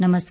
नमस्कार